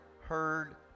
heard